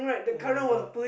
[oh]-my-god